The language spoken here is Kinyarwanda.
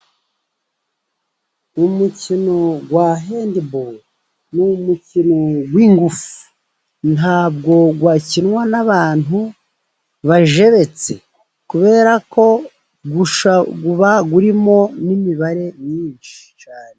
Umukino wa hendiboro ni umukino w'ingufu, ntabwo wakinwa n'abantu bajebetse, kubera ko usaba kuba urimo n'imibare myinshi cyane.